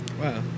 Wow